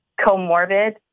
comorbid